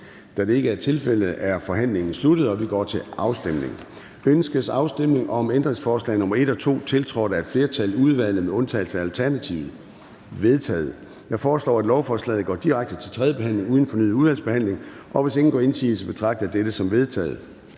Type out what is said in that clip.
Der stemmes derefter om det under B nævnte lovforslag: Ønskes afstemning om ændringsforslag nr. 4-7, tiltrådt af et flertal (udvalget med undtagelse af NB)? De er vedtaget. Jeg foreslår, at lovforslagene går direkte til tredje behandling uden fornyet udvalgsbehandling, og hvis ingen gør indsigelse, betragter jeg dette som vedtaget.